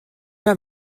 pas